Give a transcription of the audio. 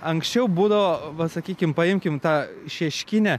anksčiau būdavo va sakykim paimkim tą šeškinę